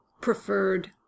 preferred